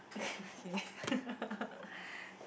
okay